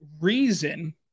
reason